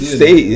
stay